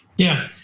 yeah,